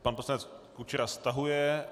Pan poslanec Kučera stahuje.